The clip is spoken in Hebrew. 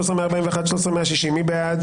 13,081 עד 13,100, מי בעד?